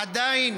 עדיין